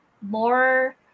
more